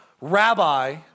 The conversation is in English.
rabbi